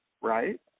right